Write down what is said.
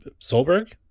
Solberg